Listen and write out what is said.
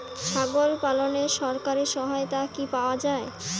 ছাগল পালনে সরকারি সহায়তা কি পাওয়া যায়?